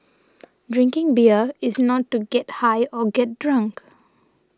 drinking beer is not to get high or get drunk